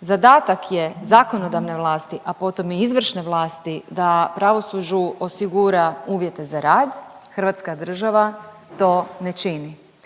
Zadatak je zakonodavne vlasti, a potom i izvršne vlasti da pravosuđu osigura uvjete za rad. Hrvatska država to ne čini.